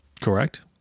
Correct